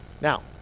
Now